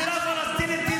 אז מדינה פלסטינית היא